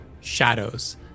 shadows